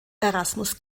erasmus